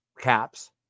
caps